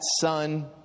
son